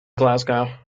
glasgow